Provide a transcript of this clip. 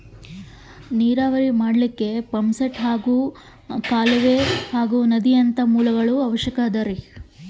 ನೇರಾವರಿ ಮಾಡಲಿಕ್ಕೆ ಯಾವ್ಯಾವ ಮೂಲಗಳ ಅವಶ್ಯಕ ಅದರಿ?